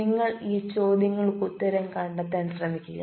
നിങ്ങൾ ഈ ചോദ്യങ്ങൾക് ഉത്തരം കണ്ടെത്താൻ ശ്രമിക്കുക